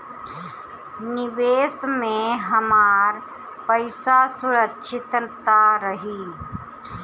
निवेश में हमार पईसा सुरक्षित त रही?